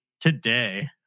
today